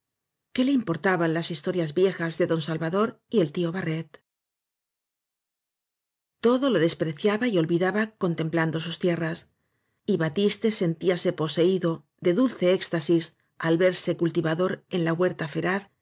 qué le importaban las historias viejas de don salva dor y el tío barret todo lo despreciaba y olvidaba contem plando sus tierras y batiste sentíase poseído de dulce éxtasis al verse cultivador en la huerta